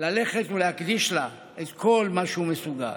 ללכת ולהקדיש לה את כל מה שהוא מסוגל.